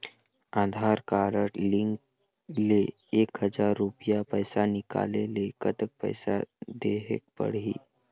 आधार card link ले एक हजार रुपया पैसा निकाले ले कतक पैसा देहेक पड़ही?